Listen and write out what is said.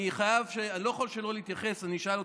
אני לא יכול שלא להתייחס, אני אשאל אתכם,